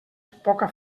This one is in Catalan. poca